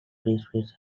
breastfeeds